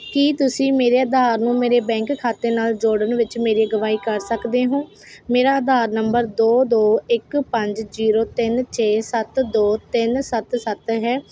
ਕੀ ਤੁਸੀਂ ਮੇਰੇ ਅਧਾਰ ਨੂੰ ਮੇਰੇ ਬੈਂਕ ਖਾਤੇ ਨਾਲ ਜੋੜਨ ਵਿੱਚ ਮੇਰੀ ਅਗਵਾਈ ਕਰ ਸਕਦੇ ਹੋ ਮੇਰਾ ਅਧਾਰ ਨੰਬਰ ਦੋ ਦੋ ਇੱਕ ਪੰਜ ਜੀਰੋ ਤਿੰਨ ਛੇ ਸੱਤ ਦੋ ਤਿੰਨ ਸੱਤ ਸੱਤ ਹੈ